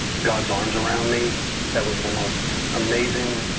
god's arms around me that was the most amazing